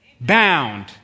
bound